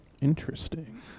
Interesting